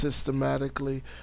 systematically